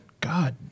God